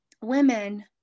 women